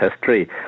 history